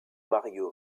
mario